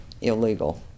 illegal